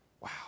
Wow